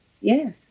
Yes